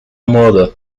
mother